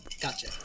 Gotcha